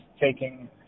taking